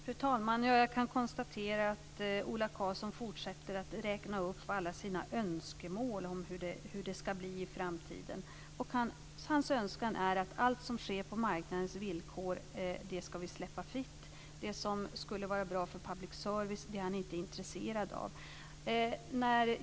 Fru talman! Jag kan konstatera att Ola Karlsson fortsätter att räkna upp alla sina önskemål om hur det ska bli i framtiden. Hans önskan är att vi ska släppa allt som sker på marknadens villkor fritt. Det som skulle vara bra för public service är han inte intresserad av.